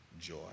joy